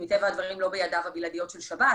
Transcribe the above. היא מטבע הדברים לא בידיו הבלעדיות של שב"ס,